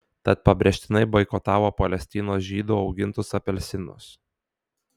tad pabrėžtinai boikotavo palestinos žydų augintus apelsinus